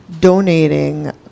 donating